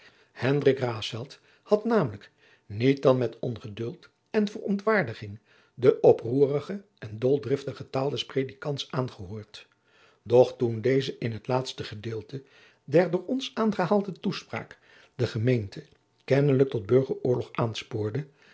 had namelijk niet dan met ongeduld en verontwaardiging de oproerige en doldriftige taal des predikants aangehoord doch toen deze in het laatste gedeelte der door ons aangehaalde toespraak de gemeente kennelijk tot burgeroorlog aanspoorde